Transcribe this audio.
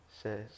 says